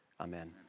Amen